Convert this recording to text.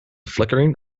flickering